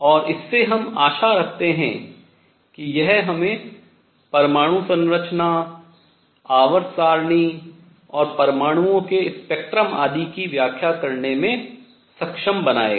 और इससे हम आशा रखतें हैं कि यह हमें परमाणु संरचना आवर्त सारणी और परमाणुओं के स्पेक्ट्रम आदि की व्याख्या करने में सक्षम बनाएगा